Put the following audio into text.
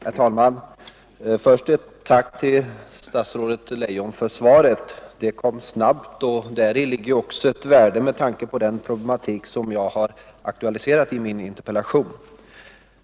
arbetsmarknads Herr talman! Först ett tack till statsrådet Leijon för svaret. Det kom snabbt = bidrag och däri ligger ett värde med tanke på den problematik jag har aktualiserat i min interpellation.